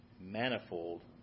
manifold